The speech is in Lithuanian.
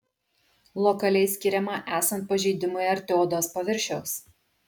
lokaliai skiriama esant pažeidimui arti odos paviršiaus